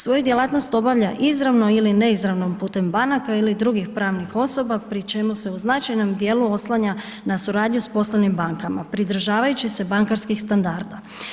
Svoju djelatnost obavlja izravno ili neizravno putem banaka ili drugih pravnih osoba pri čemu se u značajnom djelu oslanja na suradnju sa poslovnim bankama pridržavajući se bankarskih standarda.